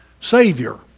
Savior